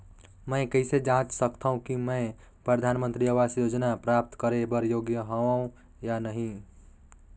मैं कइसे जांच सकथव कि मैं परधानमंतरी आवास योजना प्राप्त करे बर योग्य हववं या नहीं?